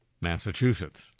Massachusetts